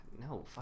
no